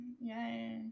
Yay